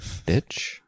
Bitch